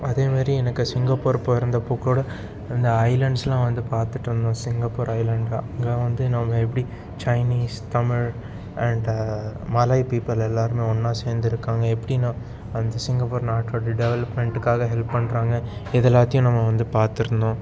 அதே மாரி எனக்கு சிங்கப்பூர் போயிருந்தப்போது கூட இந்த ஐலேண்ட்ஸ்லாம் வந்து பார்த்துட்டு வந்தோம் சிங்கப்பூர் ஐலேண்ட் தான் அங்கே வந்து நம்ம எப்படி Chinese Tamil and Malay people எல்லாரும் ஒன்றா சேர்ந்துருக்காங்க எப்படின்னா அந்த சிங்கப்பூர் நாட்டோடய டெவலப்மெண்ட்டுக்காக ஹெல்ப் பண்ணுறாங்க இது எல்லாத்தையும் நம்ம வந்து பார்த்துருந்தோம்